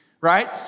right